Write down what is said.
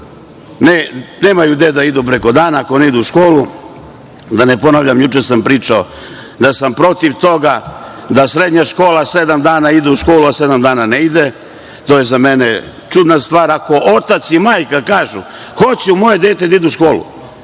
Nemaju gde da idu preko dana ako ne idu u školu, da ne ponavljam, juče sam pričao da sam protiv toga da srednja škola sedam dana ide u školu, a sedam dana ne ide, to je za mene čudna stvar. Ako otac i majka kažu - hoću moje dete da ide u školu,